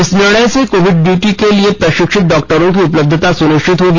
इस निर्णय से कोविड ड्यूटी के लिए प्रशिक्षित डॉक्टरों की उपलब्धता सुनिश्चित होगी